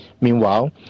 Meanwhile